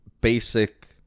basic